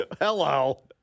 Hello